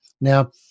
now